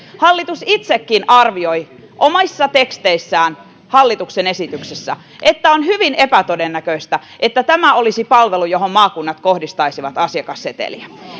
hallitus itsekin arvioi omissa teksteissään hallituksen esityksissä että on hyvin epätodennäköistä että tämä olisi palvelu johon maakunnat kohdistaisivat asiakasseteliä